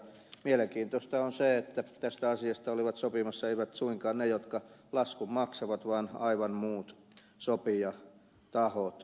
mielenkiintoista on se että tästä asiasta olivat sopimassa eivät suinkaan ne jotka laskun maksavat vaan aivan muut sopijatahot